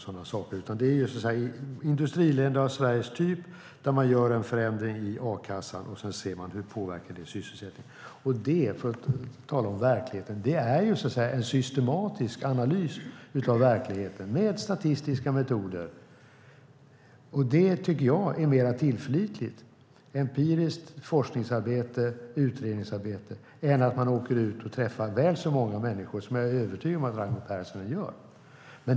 Undersökningarna har gjorts i industriländer av Sveriges typ för att se hur en förändring i a-kassan påverkar sysselsättningen. För att tala om verkligheten: Det är fråga om en systematisk analys av verkligheten med hjälp av statistiska metoder. Det är mer tillförlitligt, det vill säga empiriskt forskningsarbete och utredningsarbete, än att träffa väl så många människor, som jag är övertygad om Raimo Pärssinen gör.